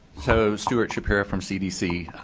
so, stewart shapiro from cdc.